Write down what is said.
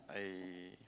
I